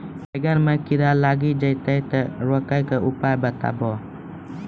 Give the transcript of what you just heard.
बैंगन मे कीड़ा लागि जैसे रोकने के उपाय बताइए?